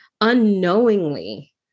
unknowingly